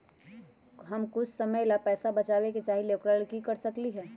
हम कुछ समय ला पैसा बचाबे के चाहईले ओकरा ला की कर सकली ह?